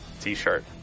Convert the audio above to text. t-shirt